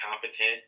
competent